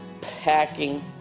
packing